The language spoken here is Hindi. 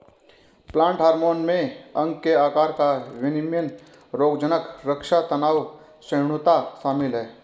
प्लांट हार्मोन में अंग के आकार का विनियमन रोगज़नक़ रक्षा तनाव सहिष्णुता शामिल है